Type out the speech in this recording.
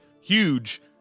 huge